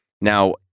now